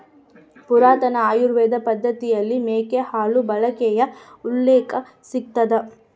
ಪುರಾತನ ಆಯುರ್ವೇದ ಪದ್ದತಿಯಲ್ಲಿ ಮೇಕೆ ಹಾಲು ಬಳಕೆಯ ಉಲ್ಲೇಖ ಸಿಗ್ತದ